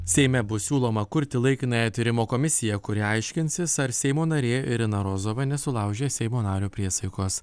seime bus siūloma kurti laikinąją tyrimo komisiją kuri aiškinsis ar seimo narė irina rozova nesulaužė seimo nario priesaikos